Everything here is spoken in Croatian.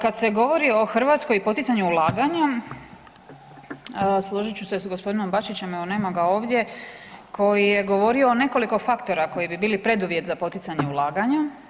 Kad se govori o Hrvatskoj i poticanju ulaganja, složit ću se s gospodinom Bačićem ali nema ga ovdje, koji je govorio o nekoliko faktora koji bi bili preduvjet za poticanje ulaganja.